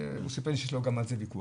הוא סיפר לי שיש לו גם על זה ויכוח.